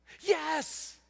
yes